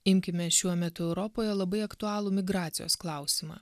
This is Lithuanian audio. imkime šiuo metu europoje labai aktualų migracijos klausimą